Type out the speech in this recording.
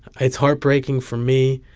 it's heartbreaking for me.